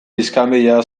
iskanbila